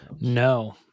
No